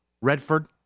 Redford